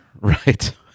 Right